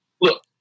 look